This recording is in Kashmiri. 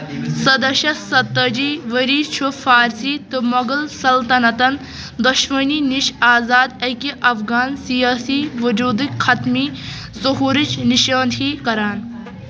سَداہ شَتھ سَتتٲجی ؤری چھُ فارسی تہٕ مُغل سلطنتَن دۄشوٕنی نِش آزاد اکہِ افغان سیٲسی وجوٗدٕكۍ حتمی ظہوٗرٕچ نشاندٕہی کران